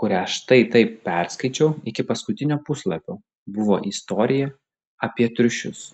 kurią štai taip perskaičiau iki paskutinio puslapio buvo istorija apie triušius